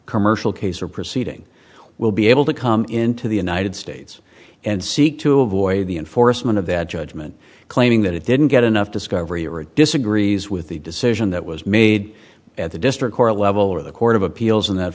commercial case or proceeding will be able to come into the united states and seek to avoid the enforcement of that judgment claiming that it didn't get enough discovery or it disagrees with the decision that was made at the district court level or the court of appeals in that